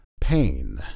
Pain